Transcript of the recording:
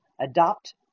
Adopt